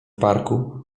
parku